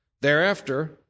Thereafter